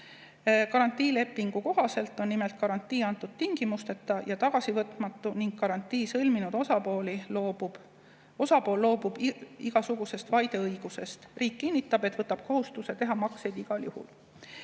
Garantiilepingu kohaselt on nimelt garantii antud tingimusteta ja on tagasivõtmatu ning garantii sõlminud osapool loobub igasugusest vaideõigusest. Riik kinnitab, et võtab kohustuse teha makseid igal juhul.